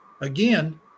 again